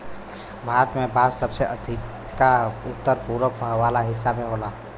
भारत में बांस सबसे अधिका उत्तर पूरब वाला हिस्सा में होला